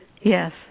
Yes